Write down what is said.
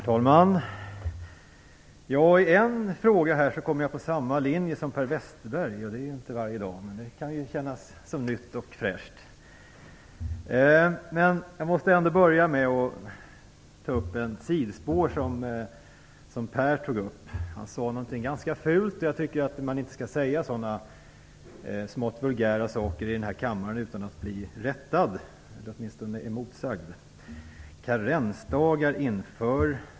Herr talman! I en fråga hamnar jag på samma linje som Per Westerberg. Det är inte varje dag. Det kan kännas nytt och fräscht. Jag måste ändå börja med att ta upp ett sidospår som Per Westerberg tog upp. Han sade någonting ganska fult, och jag tycker inte att man skall säga sådana smått vulgära saker i denna kammare utan att bli rättad eller åtminstone emotsagd.